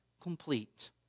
complete